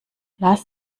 lass